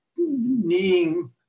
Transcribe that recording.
kneeing